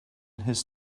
his